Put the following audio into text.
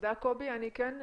תודה קובי, אני כן מציעה,